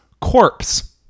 Corpse